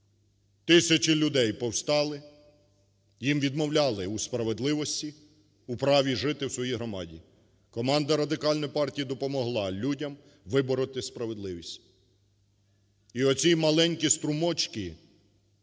Тисячі людей повстали, їм відмовляли у справедливості, у праві жити в своїй громаді. Команда Радикальної партії допомогла людям вибороти справедливість. І оці маленькі струмочки